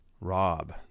Rob